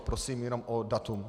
Prosím jen o datum.